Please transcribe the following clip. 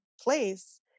place